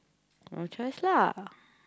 our choice lah